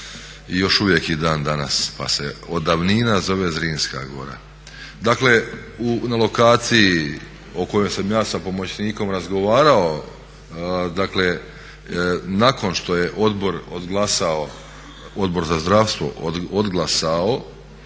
još uvijek i dan danas pa se od davnina zove Zrinska gora. Dakle, na lokaciji o kojoj sam ja sa pomoćnikom razgovarao dakle nakon što je odbor odglasao,